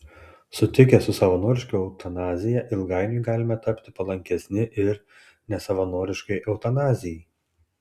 sutikę su savanoriška eutanazija ilgainiui galime tapti palankesni ir nesavanoriškai eutanazijai